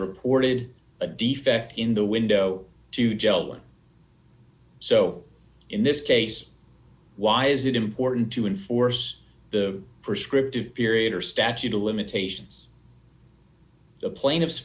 reported a defect in the window to jell and so in this case why is it important to enforce the prescriptive period or statute of limitations the plaintiffs